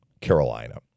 Carolina